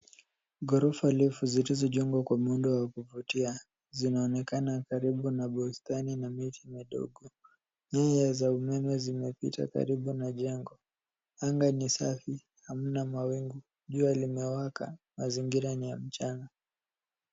Ghorofa refu zilizojengwa kwa muundo wa kuvutia zinaonekana karibu na bustani na miti midogo. Nyaya za umeme zimepita karibu na jengo. Anga ni safi; hamna mawingu, jua limewaka, mazingira ni ya mchana.